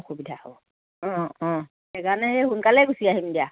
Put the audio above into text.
অসুবিধা হ'ব অঁ অঁ সেইকাৰণে এই সোনকালেই গুচি আহিম দিয়া